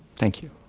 thank you.